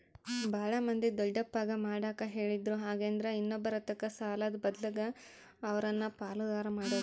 ಬಾಳ ಮಂದಿ ದೊಡ್ಡಪ್ಪಗ ಮಾಡಕ ಹೇಳಿದ್ರು ಹಾಗೆಂದ್ರ ಇನ್ನೊಬ್ಬರತಕ ಸಾಲದ ಬದ್ಲಗೆ ಅವರನ್ನ ಪಾಲುದಾರ ಮಾಡೊದು